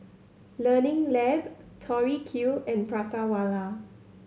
Learning Lab Tori Q and Prata Wala